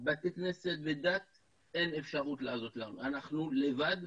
בתי כנסת ודת, אין אפשרות לעזור לנו, אנחנו לבד,